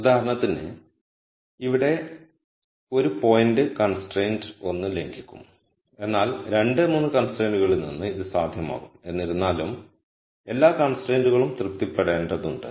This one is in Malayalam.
ഉദാഹരണത്തിന് ഇവിടെ ഒരു പോയിന്റ് കൺസ്ട്രൈൻറ് 1 ലംഘിക്കും എന്നാൽ 2 3 കൺസ്ട്രൈൻറ്കളിൽ നിന്ന് ഇത് സാധ്യമാകും എന്നിരുന്നാലും എല്ലാ കൺസ്ട്രൈൻറ്കളും തൃപ്തിപ്പെടുത്തേണ്ടതുണ്ട്